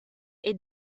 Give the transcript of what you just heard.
est